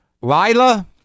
Lila